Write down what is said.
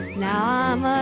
now i'm